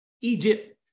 Egypt